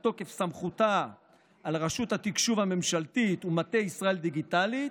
מתוקף סמכותה על רשות התקשוב הממשלתית ומטה ישראל דיגיטלית,